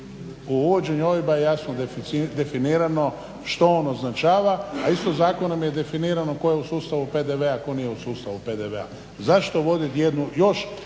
U uvođenju OIB-a je jasno definirano što on označava, a istim zakonom je definirano tko je u sustavu PDV-a i tko nije u sustavu PDV-a. Zašto uvoditi jednu još